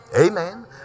Amen